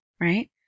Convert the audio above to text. right